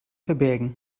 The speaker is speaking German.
verbergen